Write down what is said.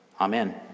Amen